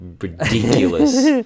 ridiculous